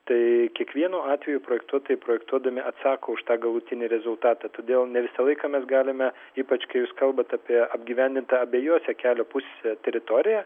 tai kiekvienu atveju projektuotojai projektuodami atsako už tą galutinį rezultatą todėl ne visą laiką mes galime ypač kai jūs kalbat apie apgyvendintą abiejose kelio pusėse teritoriją